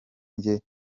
njye